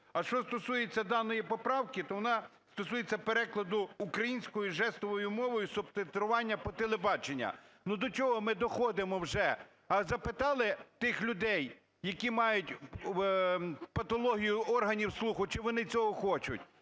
А що стосується даної поправки, то вона стосується перекладу українською жестовою мовою субтитрування по телебаченню. Ну, до чого ми доходимо вже?! А запитали тих людей, які мають патологію органів слуху, чи вони цього хочуть?